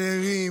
קצבאות זקנה,